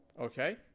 okay